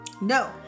No